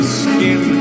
skin